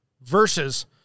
versus